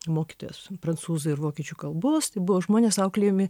mokytojas prancūzų ir vokiečių kalbos tai buvo žmonės auklėjami